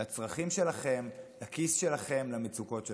לצרכים שלכם, לכיס שלכם, למצוקות שלכם.